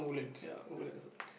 ya Woodlands